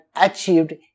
achieved